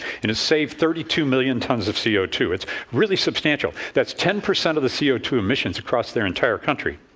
and it's saved thirty two million tons of c o two. it's really substantial. that's ten percent of the c o two emissions across their entire country.